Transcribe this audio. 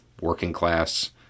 working-class